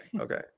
okay